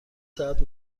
ساعت